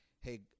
Hey